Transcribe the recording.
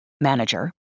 manager